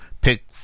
pick